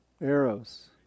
arrows